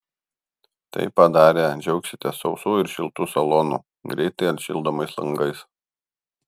tai padarę džiaugsitės sausu ir šiltu salonu greitai atšildomais langais